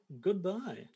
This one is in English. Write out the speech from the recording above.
goodbye